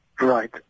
Right